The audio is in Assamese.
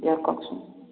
কওকচোন